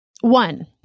One